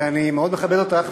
ואני מאוד מכבד אותך,